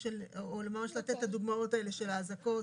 או ממש לתת את הדוגמאות האלה של האזעקות?